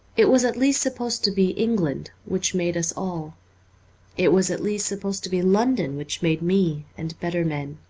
it was at least supposed to be england, which made us all it was at least supposed to be london, which made me and better men.